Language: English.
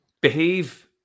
behave